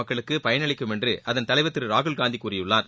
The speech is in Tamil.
மக்களுக்கு பயனளிக்கும் என்று அதன் தலைவர் திரு ராகுல் காந்தி கூறியுள்ளார்